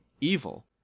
evil